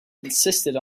insisted